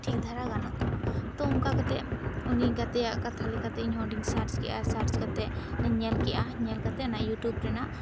ᱴᱷᱤᱠ ᱫᱷᱟᱨᱟ ᱜᱟᱱᱚᱜ ᱛᱟᱢᱟ ᱛᱚ ᱚᱱᱠᱟ ᱠᱟᱛᱮᱜᱮ ᱩᱱᱤ ᱜᱟᱛᱮᱭᱟᱜ ᱠᱟᱛᱷᱟ ᱞᱮᱠᱟᱛᱮ ᱥᱟᱨᱪ ᱠᱮᱫᱟ ᱟᱨ ᱥᱟᱨᱪ ᱠᱟᱛᱮ ᱤᱧ ᱧᱮᱞ ᱠᱮᱫᱟ ᱧᱮᱞ ᱠᱟᱛᱮ ᱭᱩᱴᱩᱵᱽ ᱨᱮᱱᱟᱜ